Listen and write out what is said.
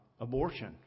abortion